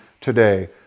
today